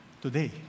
today